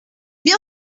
bien